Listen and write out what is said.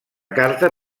carta